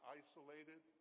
isolated